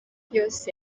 yose